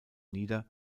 nieder